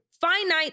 finite